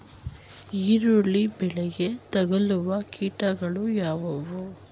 ಈರುಳ್ಳಿ ಬೆಳೆಗೆ ತಗಲುವ ಕೀಟಗಳು ಯಾವುವು?